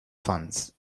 funds